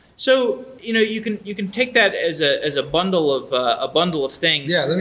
so you know you can you can take that as ah as a bundle of ah bundle of things yeah.